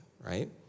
right